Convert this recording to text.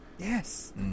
Yes